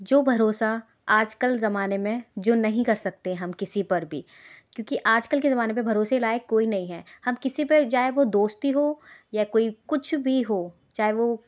जो भरोसा आजकल ज़माने में जो नहीं कर सकते हम किसी पर भी क्योंकि आजकल के ज़माने पर भरोसे लायक कोई नहीं है हम किसी पर जाए वह दोस्ती हो या कोई कुछ भी हो चाहे वह